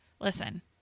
Listen